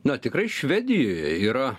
na tikrai švedijoje yra